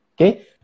okay